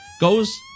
goes